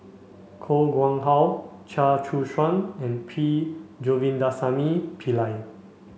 Koh Nguang How Chia Choo Suan and P Govindasamy Pillai